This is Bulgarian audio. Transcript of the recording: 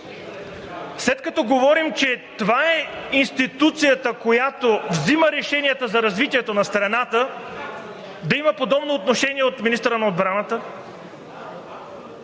след като говорим, че това е институцията, която взима решенията за развитието на страната, да има подобно отношение от министъра на отбраната?